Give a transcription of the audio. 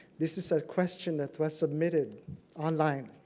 this is a question that was submitted online.